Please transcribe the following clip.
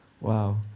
Wow